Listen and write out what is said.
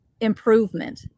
Improvement